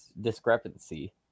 discrepancy